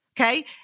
okay